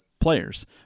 players